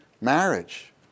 marriage